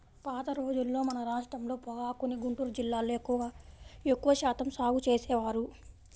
పాత రోజుల్లో మన రాష్ట్రంలో పొగాకుని గుంటూరు జిల్లాలో ఎక్కువ శాతం సాగు చేసేవారు